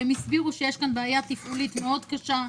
ושיש פה בעיה תפעולית מאוד קשה.